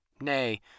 Nay